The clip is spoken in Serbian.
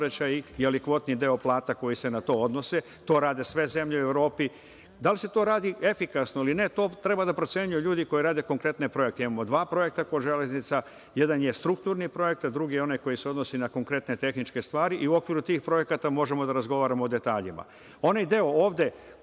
kvotni deo plata koji se na to odnose. To rade sve zemlje u Evropi. Da li se to radi efikasno ili ne, to treba da procenjuju ljudi koji rade konkretne projekte. Imamo dva projekta kod železnica, jedan je strukturni projekat, drugi je onaj koji se odnosi na konkretne tehničke stvari i u okviru tih projekata možemo da razgovaramo o detaljima. Onaj deo ovde